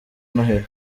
noheli